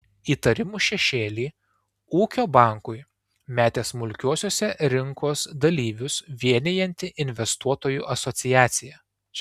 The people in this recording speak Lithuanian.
įtarimų šešėlį ūkio bankui metė smulkiuosiuose rinkos dalyvius vienijanti investuotojų asociacija